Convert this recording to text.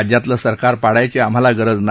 राज्यातलं सरकार पाडायची आम्हाला गरज नाही